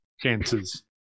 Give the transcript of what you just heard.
chances